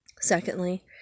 Secondly